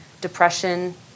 depression